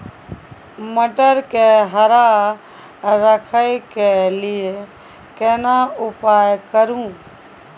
मटर के हरा रखय के लिए केना उपाय करू?